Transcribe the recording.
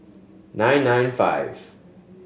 nine nine five